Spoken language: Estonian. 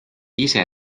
ise